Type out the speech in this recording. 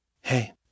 Hey